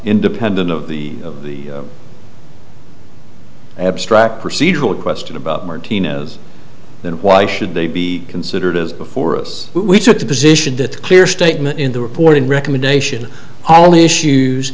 independent of the abstract procedural question about martinez then why should they be considered as before us we took the position that clear statement in the reporting recommendation all the issues